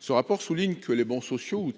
Il souligne que les bons sociaux